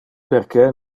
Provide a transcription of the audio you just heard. perque